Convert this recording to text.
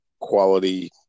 quality